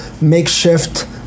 makeshift